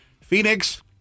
Phoenix